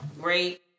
Great